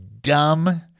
dumb